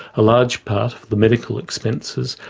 a large part, the medical expenses,